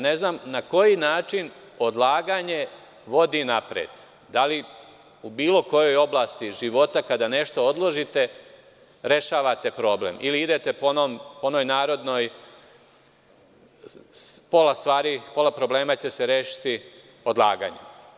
Ne znam na koji način odlaganje vodi napred, da li u bilo kojoj oblasti života kada nešto odložite rešavate problem, ili idete po onoj narodnoj – pola problema će se rešiti odlaganjem.